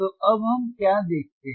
तो अब हम क्या देखते हैं